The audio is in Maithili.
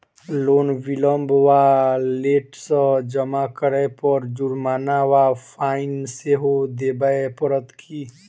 लोन विलंब वा लेट सँ जमा करै पर जुर्माना वा फाइन सेहो देबै पड़त की?